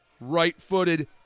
Right-footed